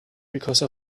because